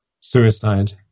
suicide